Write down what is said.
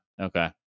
okay